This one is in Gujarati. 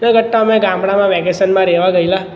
એના કરતાં અમે ગામડામાં વેકેશનમાં રહેવા ગયેલા